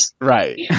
right